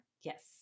Yes